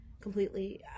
completely